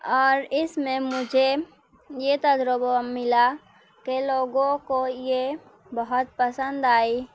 اور اس میں مجھے یہ تجربہ ملا کہ لوگوں کو یہ بہت پسند آئی